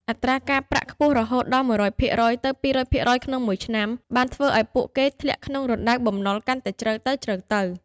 អត្រាការប្រាក់ខ្ពស់រហូតដល់ ១០០% ទៅ ២០០% ក្នុងមួយឆ្នាំ បានធ្វើឱ្យពួកគេធ្លាក់ក្នុងរណ្ដៅបំណុលកាន់តែជ្រៅទៅៗ។